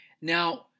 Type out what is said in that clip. Now